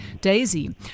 daisy